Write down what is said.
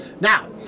Now